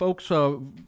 folks